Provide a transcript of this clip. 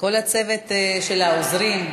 כל הצוות של העוזרים,